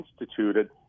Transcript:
instituted